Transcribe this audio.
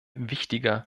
wichtiger